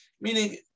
Meaning